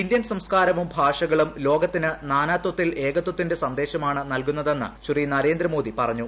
Indian സംസ്കാരവും ഭാഷകളും ലോകത്തിന് നാനാത്വത്തിൽ ഏകത്വത്തിന്റെ സന്ദേശമാണ് നൽകുന്നതെന്ന് ശ്രീ നരേന്ദ്രമോദി പറഞ്ഞു